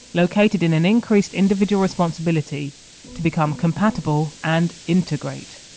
located in an increased individual responsibility to become compatible and integrate